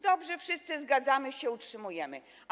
Dobrze, wszyscy zgadzamy się, utrzymujemy to.